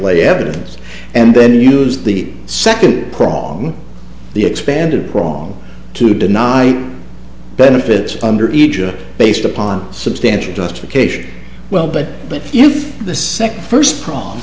lay evidence and then use the second prong the expanded prong to deny benefits under ija based upon substantial justification well but but if the second first pro